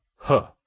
huh!